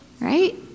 Right